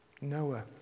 Noah